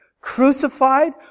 crucified